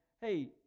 hey